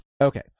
Okay